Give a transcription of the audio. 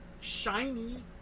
shiny